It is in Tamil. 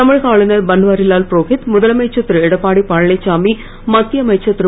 தமிழக ஆளுநர் பன்வாரிலால் புரோகித் முதலமைச்சர் திரு எடப்பாடி பழனிச்சாமி மத்திய அமைச்சர் திரு